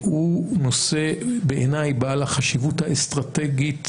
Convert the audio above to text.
הוא נושא בעיניי בעל החשיבות האסטרטגית